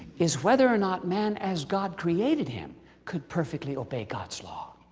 is whether or not man as god created him could perfectly obey god's law